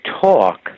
talk